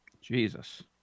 Jesus